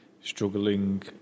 struggling